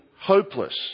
hopeless